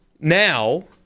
now